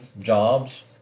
jobs